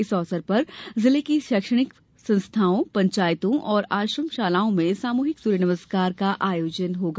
इस अवसर पर जिले की शैक्षणिक संस्थाओं पंचायतों और आश्रम शालाओं में सामूहिक सूर्य नमस्कार का आयोजन होगा